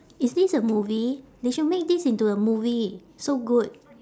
is this a movie they should make this into a movie so good